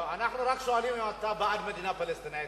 אנחנו רק שואלים אם אתה בעד מדינה פלסטינית,